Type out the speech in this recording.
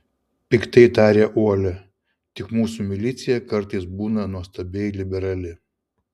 piktai tarė uolia tik mūsų milicija kartais būna nuostabiai liberali